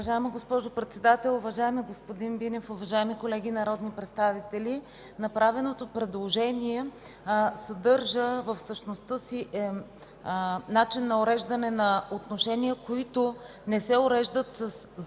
Уважаема госпожо Председател, уважаеми господин Бинев, уважаеми колеги народни представители! Направеното предложение съдържа в същността си начин на уреждане на отношения, които не се уреждат със Закона,